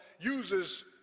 uses